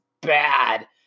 bad